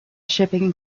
shipping